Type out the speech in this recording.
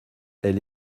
elle